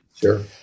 Sure